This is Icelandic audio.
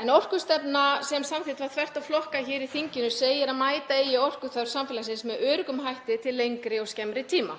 En orkustefna sem samþykkt var þvert á flokka hér í þinginu segir að mæta eigi orkuþörf samfélagsins með öruggum hætti til lengri og skemmri tíma.